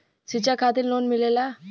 शिक्षा खातिन लोन मिलेला?